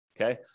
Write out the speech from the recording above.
okay